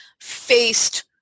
faced